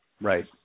right